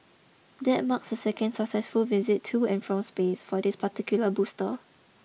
that marks a second successful visit to and from space for this particular booster